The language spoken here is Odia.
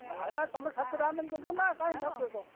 ନାଇଁ ନାଇଁ ତୁମ ସାଥିରେ ଆମେ ଯିବୁ ନା କାଇଁ ଠକିବେ